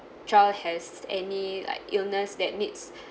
child has any like illness that needs